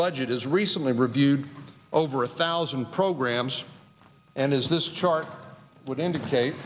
budget has recently reviewed over a thousand programs and has this chart would indicate